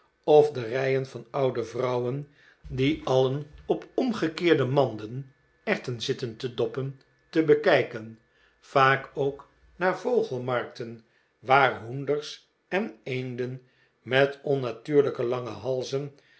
of de rijen van oude vrouwen die alien op omgekeerde manden erwten zitten te doppen te bekijken vaak ook naar vogelmarkten waar hoenders en eenden met onnatuurlijk lange halzen